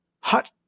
Hot